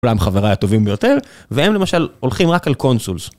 כולם חברי הטובים ביותר, והם למשל הולכים רק על קונסולס.